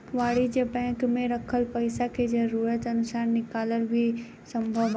वाणिज्यिक बैंक में रखल पइसा के जरूरत अनुसार निकालल भी संभव बावे